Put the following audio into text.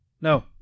No